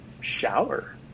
shower